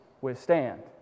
withstand